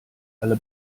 alle